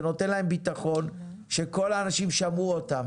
זה נותן להם בטחון שכל האנשים שמעו אותם